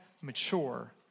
mature